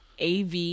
Av